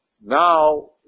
Now